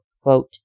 quote